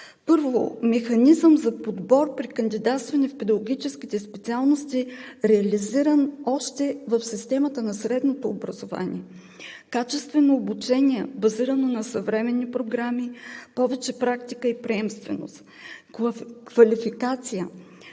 механизъм за подбор при кандидатстване в педагогическите специалности, реализиран още в системата на средното образование; качествени обучения, базирани на съвременни програми; повече практика и приемственост; квалификация,